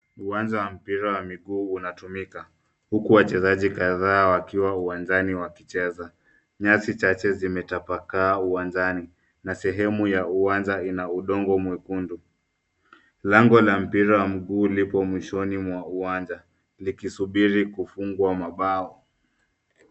Uwanja wa mpira wa miguu unatumika, huku wachezaji kadhaa wakiwa uwanjani wakicheza. Nyasi chache zimetapakaa uwanjani na sehemu ya uwanja ina udongo mwekundu. Lango la mpira wa miguu lipo mwishoni mwa uwanja likisubiri kufungwa mabao.